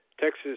Texas